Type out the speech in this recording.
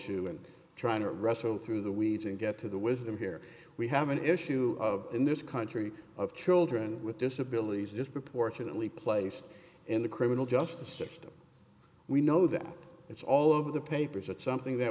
ue and trying to wrestle through the weeds and get to the wisdom here we have an issue of in this country of children with disabilities disproportionately placed in the criminal justice system we know that it's all over the papers it's something that